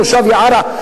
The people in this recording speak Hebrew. מושב יערה?